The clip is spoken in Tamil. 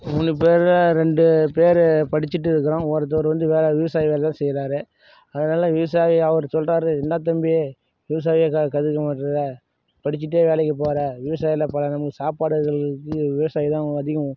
மூணு பேரில் ரெண்டு பேர் படிச்சுட்டு இருக்கிறோம் ஒருத்தவர் வந்து வேலை விவசாய வேலை தான் செய்கிறாரு அதனால விவசாயி அவர் சொல்கிறாரு என்ன தம்பி விவசாயம் கா கண்டுக்கமாட்டுற படிச்சுட்டே வேலைக்குப் போகிற விவசாயியில் பல நமக்கு சாப்பாடுகளுக்கு விவசாயி தான் அதிகம்